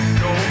no